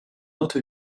haute